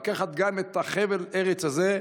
לקחת גם את חבל הארץ הזה,